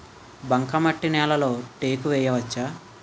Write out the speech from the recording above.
బంకమట్టి నేలలో టేకు వేయవచ్చా?